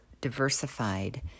diversified